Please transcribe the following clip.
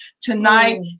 tonight